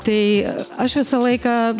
tai aš visą laiką